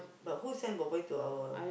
but who send boy boy to our